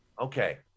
Okay